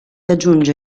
aggiunge